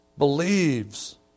Believes